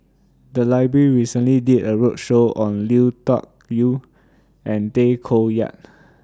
The Library recently did A roadshow on Lui Tuck Yew and Tay Koh Yat